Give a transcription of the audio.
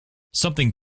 something